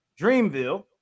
Dreamville